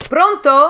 Pronto